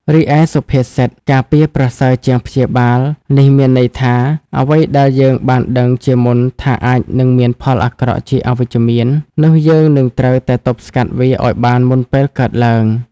រីឯសុភាសិត "ការពារប្រសើរជាងព្យាបាល" នេះមានន័យថា អ្វីដែលយើងបានដឹងជាមុនថាអាចនឹងមានផលអាក្រក់ជាអវិជ្ជមាន នោះយើងត្រូវតែទប់ស្កាត់វាឱ្យបានមុនពេលកើតឡើង។